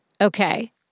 okay